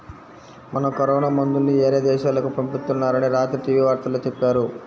మన కరోనా మందుల్ని యేరే దేశాలకు పంపిత్తున్నారని రాత్రి టీవీ వార్తల్లో చెప్పారు